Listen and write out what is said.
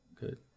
good